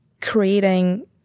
creating